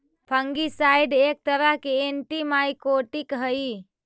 fungicide एक तरह के एंटिमाइकोटिक हई